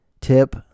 Tip